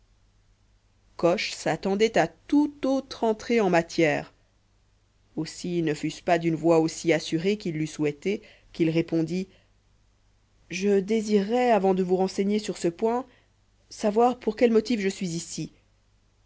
coche s'attendait à toute autre entrée en matière aussi ne fût-ce pas d'une voix aussi assurée qu'il l'eût souhaitée qu'il répondit je désirerais avant de vous renseigner sur ce point savoir pour quel motif je suis ici